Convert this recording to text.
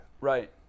Right